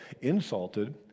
insulted